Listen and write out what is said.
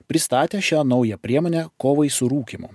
pristatė šią naują priemonę kovai su rūkymu